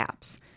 apps